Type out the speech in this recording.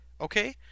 okay